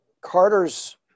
Carter's